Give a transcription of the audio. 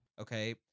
Okay